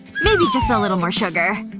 maybe just a little more sugar,